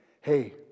hey